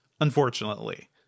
unfortunately